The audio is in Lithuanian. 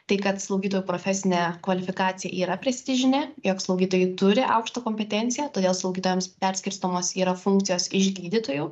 tai kad slaugytojų profesine kvalifikacija yra prestižinė jog slaugytojai turi aukštą kompetenciją todėl slaugytojams perskirstomos yra funkcijos iš gydytojų